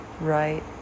right